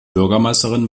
bürgermeisterin